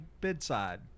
bedside